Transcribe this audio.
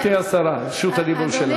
גברתי השרה, רשות הדיבור שלך.